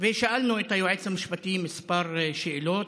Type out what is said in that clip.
ושאלנו את היועץ המשפטי כמה שאלות,